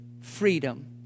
freedom